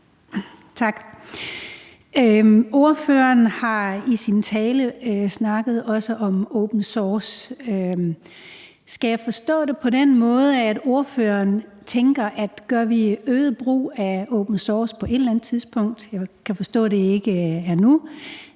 Tak. Ordføreren snakkede i sin tale også om open source. Skal jeg forstå det på den måde, at ordføreren tænker, at gør vi øget brug af open source på et eller andet tidspunkt – jeg kan forstå, at det ikke er nu